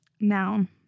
Noun